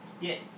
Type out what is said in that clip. Yes